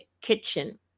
Kitchen